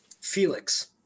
felix